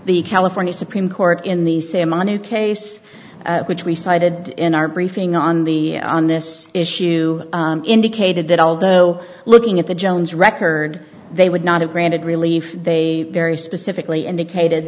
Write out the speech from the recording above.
the california supreme court in the same manu case which we cited in our briefing on the on this issue indicated that although looking at the jones record they would not have granted relief they very specifically indicated